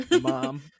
mom